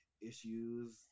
issues